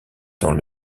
dans